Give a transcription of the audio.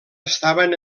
estaven